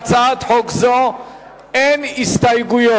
רבותי, להצעת חוק זו אין הסתייגויות.